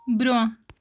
برٛۄنٛہہ